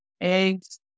eggs